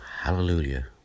Hallelujah